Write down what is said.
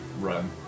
run